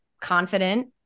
confident